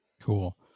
Cool